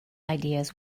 ideas